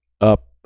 up